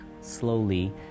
slowly